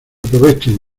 aprovechen